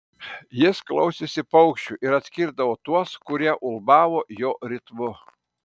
jis klausėsi paukščių ir atskirdavo tuos kurie ulbavo jo ritmu